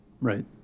Right